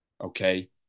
okay